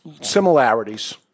Similarities